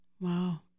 Wow